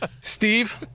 Steve